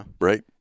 Right